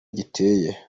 giteye